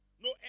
No